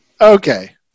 okay